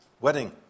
wedding